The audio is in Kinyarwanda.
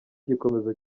gikomeza